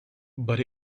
but